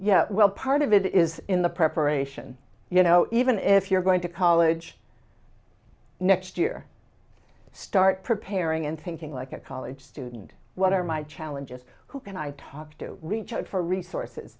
yeah well part of it is in the preparation you know even if you're going to college next year start preparing and thinking like a college student what are my challenges who can i talk to reach out for